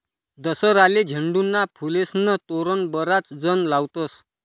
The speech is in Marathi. दसराले झेंडूना फुलेस्नं तोरण बराच जण लावतस